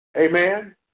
Amen